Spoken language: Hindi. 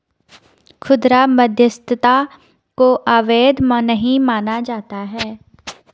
खुदरा मध्यस्थता को अवैध नहीं माना जाता है